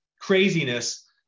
craziness